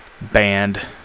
band